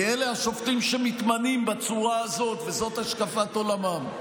כי אלה השופטים שמתמנים בצורה הזאת וזאת השקפת עולמם.